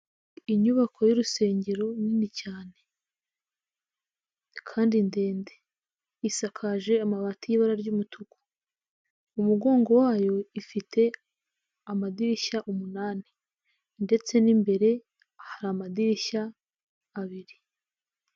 Inyubako y'urusengero nini cyane kandi ndende isakaje amabati y'ibara ry'umutuku umugongo wayo ifite amadirishya umunani ndetse n'imbere hari amadirishya abiri.